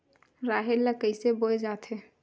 राहेर ल कइसे बोय जाथे?